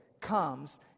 comes